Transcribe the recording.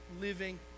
living